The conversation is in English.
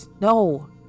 no